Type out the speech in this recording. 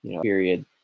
period